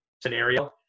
scenario